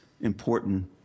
important